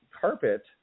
carpet